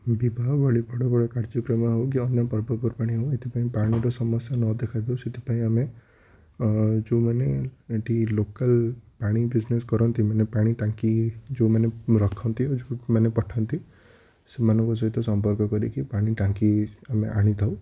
ବିବାହ ଭଳି ବଡ଼ ବଡ଼ କାର୍ଯ୍ୟକ୍ରମ ହେଉକି ଅନ୍ୟ ପର୍ବପର୍ବାଣି ହେଉ ଏଥିପାଇଁ ପାଣିର ସମସ୍ୟା ନ ଦେଖାଯାଉ ସେଥିପାଇଁ ଆମେ ଆଁ ଯେଉଁମାନେ ଏଠି ଲୋକାଲ ପାଣି ବିଜନେସ୍ କରନ୍ତି ମାନେ ପାଣି ଟାଙ୍କି ଯେଉଁମାନେ ରଖନ୍ତି ଓ ଯେଉଁମାନେ ପଠାନ୍ତି ସେମାନଙ୍କ ସହିତ ସମ୍ପର୍କ କରିକି ପାଣି ଟାଙ୍କି ଆମେ ଆଣିଥାଉ